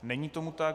Není tomu tak.